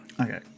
Okay